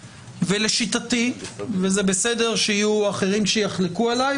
לשיטתי וזה בסדר שיהיו אחרים שיחלקו עליי,